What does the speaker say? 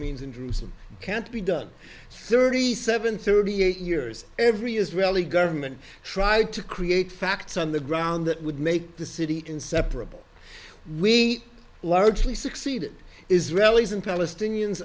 means in jerusalem can't be done thirty seven thirty eight years every israeli government tried to create facts on the ground that would make the city inseparable we largely succeeded israelis and palestinians